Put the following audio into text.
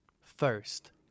First